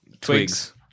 twigs